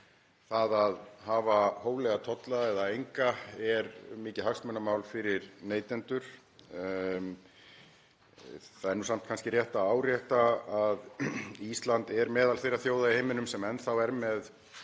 það að hafa hóflega tolla eða enga er mikið hagsmunamál fyrir neytendur. Það er nú samt rétt að árétta að Ísland er meðal þeirra þjóða í heiminum sem enn er með